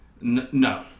No